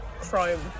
chrome